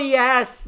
yes